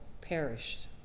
perished